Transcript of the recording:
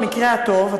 במקרה הטוב.